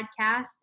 podcast